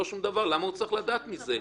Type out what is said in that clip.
למה הוא צריך לדעת על זה?